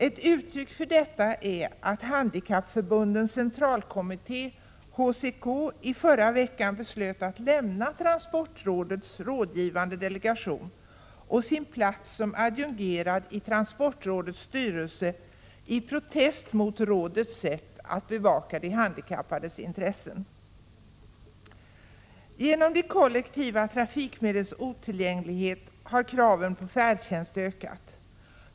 Ett uttryck för detta är att Handikappförbundens centralkommitté, HCK, i förra veckan beslöt att lämna transportrådets rådgivande delegation och sin plats som adjungerad i transportrådets styrelse, i protest mot rådets sätt att bevaka de handikappades intressen. Genom de kollektiva trafikmedlens otillgänglighet har kraven på färd 51 tjänst ökat.